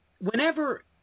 whenever